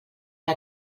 que